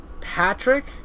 Patrick